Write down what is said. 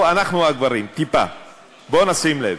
אנחנו הגברים, טיפה בואו נשים לב,